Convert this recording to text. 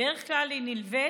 בדרך כלל היא נלווית